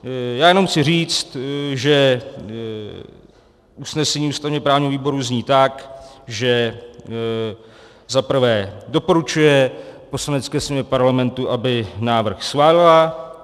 Já chci jenom říct, že usnesení ústavněprávního výboru zní tak, že za prvé doporučuje Poslanecké sněmovně Parlamentu, aby návrh schválila.